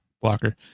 blocker